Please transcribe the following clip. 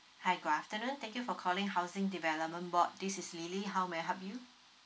hi good afternoon thank you for calling housing development board this is lily how may I help you